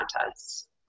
contests